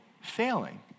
failing